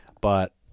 But-